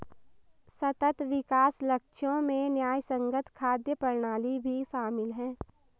सतत विकास लक्ष्यों में न्यायसंगत खाद्य प्रणाली भी शामिल है